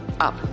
up